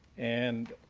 and